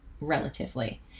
relatively